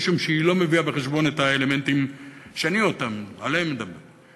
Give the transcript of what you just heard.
משום שהיא לא מביאה בחשבון את האלמנטים שעליהם אני מדבר.